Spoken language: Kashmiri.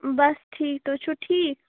بَس ٹھیٖک تُہۍ چھُو ٹھیٖک